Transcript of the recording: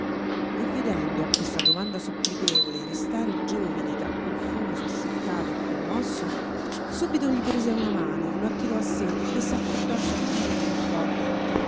e vedendo a questa domanda supplichevole restare il giovine tra confuso e seccato e commosso subito gli prese una mano lo attirò a sé e s'affrettò a soggiungere con foga